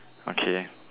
okay